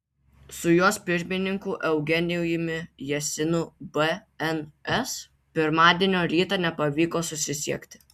su jos pirmininku eugenijumi jesinu bns pirmadienio rytą nepavyko susisiekti